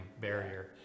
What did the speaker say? barrier